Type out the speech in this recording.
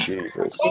Jesus